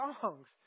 songs